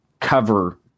Cover